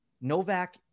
Novak